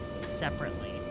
separately